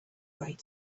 great